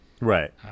Right